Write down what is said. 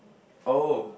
oh